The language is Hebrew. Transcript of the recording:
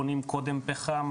אתם קונים קודם פחם,